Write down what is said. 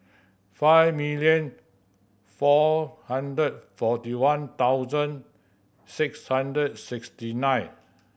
five million four hundred forty one thousand six hundred sixty nine